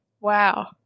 wow